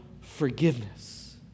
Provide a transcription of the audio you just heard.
forgiveness